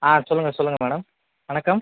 ஆ சொல்லுங்கள் சொல்லுங்கள் மேடம் வணக்கம்